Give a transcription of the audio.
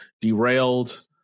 derailed